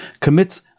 commits